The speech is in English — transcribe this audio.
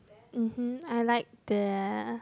mmhmm I like the